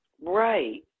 Right